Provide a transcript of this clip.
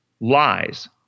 lies